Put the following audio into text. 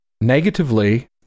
Negatively